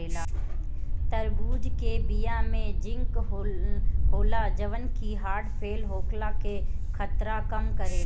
तरबूज के बिया में जिंक होला जवन की हर्ट फेल होखला के खतरा कम करेला